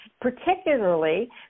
particularly